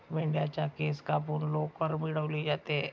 मेंढ्यांच्या केस कापून लोकर मिळवली जाते